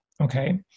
Okay